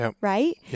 right